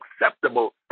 acceptable